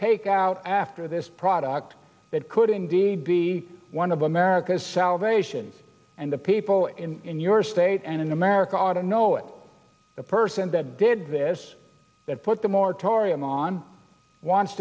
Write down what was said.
take out after this product that could indeed be one of america's salvation and the people in your state and in america ought to know it the person that did this that put the moratorium on wants